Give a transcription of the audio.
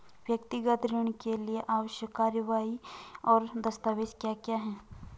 व्यक्तिगत ऋण के लिए आवश्यक कार्यवाही और दस्तावेज़ क्या क्या हैं?